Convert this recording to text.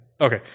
Okay